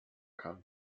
kann